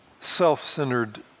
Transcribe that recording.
self-centered